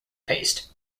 paced